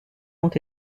ont